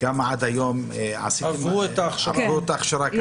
כמה עד היום עברו את ההכשרה?